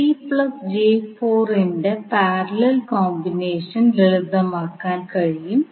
നമ്മൾ ആദ്യം KVL mesh 1 ലേക്ക് പ്രയോഗിക്കുന്നു